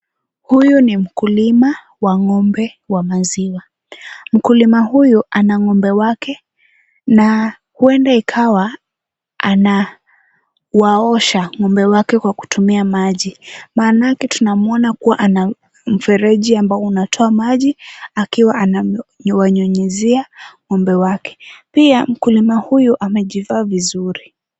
Huyu ni mkulima wa ng'ombe wa maziwa. Mkulima huyu ana ng'ombe wake na huenda ikawa anawaosha ng'ombe wake kwa kutumia maji, maanake tunamuona kuwa ana mfereji ambao unatoa maji, akiwa anawanyunyizia ng'ombe wake. Pia mkulima huyu amejivaa vizuri.